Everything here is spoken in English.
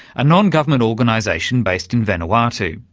a non-government organisation based in vanuatu.